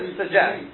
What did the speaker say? suggest